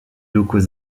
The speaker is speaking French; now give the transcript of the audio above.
locaux